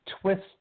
twist